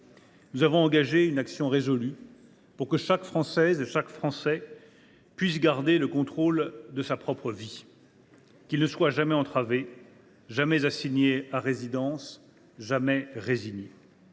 Nous avons engagé une action résolue pour que chaque Française et chaque Français puisse garder le contrôle de sa vie, pour qu’aucun d’eux ne soit jamais entravé, jamais assigné à résidence, jamais résigné.